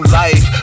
life